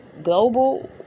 Global